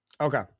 okay